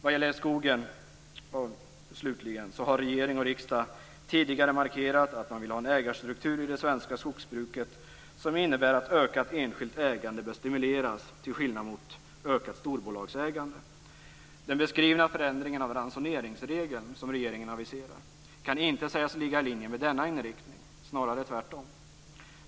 Vad gäller skogen, slutligen, har regering och riksdag tidigare markerat att man vill ha en ägarstruktur i det svenska skogsbruket som innebär att ökat enskilt ägande bör stimuleras till skillnad från ökat storbolagsägande. Den beskrivning av förändringen av ransoneringsregeln som regeringen aviserar kan inte sägas ligga i linje med denna inriktning, snarare tvärtom.